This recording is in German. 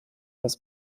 das